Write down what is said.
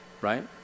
right